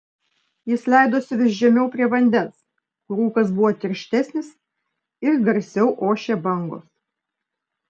jis leidosi vis žemiau prie vandens kur rūkas buvo tirštesnis ir garsiau ošė bangos